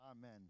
Amen